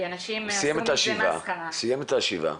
הוא סיים את השבעה.